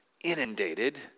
inundated